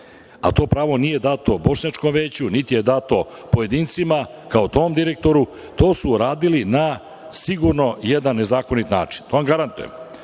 To pravo nije dato Bošnjačkom veću, niti je dato pojedincima, kao tom direktoru, to su radili na sigurno jedan nezakoniti način. To vam garantujem